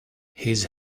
his